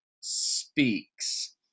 speaks